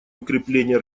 укрепления